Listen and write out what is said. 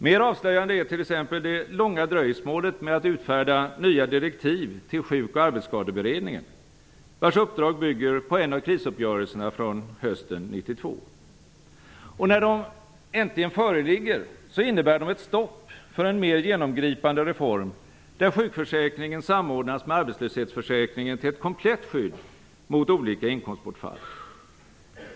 Mer avslöjande är t.ex. det långa dröjsmålet med att utfärda nya direktiv till Sjuk och arbetsskadeberedningen, vars uppdrag bygger på en av krisuppgörelserna från hösten 1992. Och när de äntligen föreligger, innebär de ett stopp för en mer genomgripande reform, där sjukförsäkringen samordnas med arbetslöshetsförsäkringen till ett komplett skydd mot olika inkomstbortfall.